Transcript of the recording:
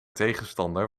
tegenstander